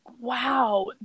Wow